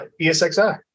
ESXi